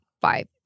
five